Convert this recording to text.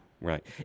right